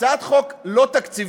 הצעת חוק לא תקציבית,